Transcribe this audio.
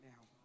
now